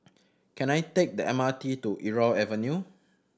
can I take the M R T to Irau Avenue